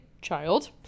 child